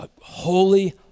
holy